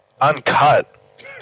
Uncut